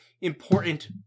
important